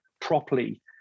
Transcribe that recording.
properly